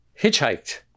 hitchhiked